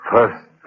first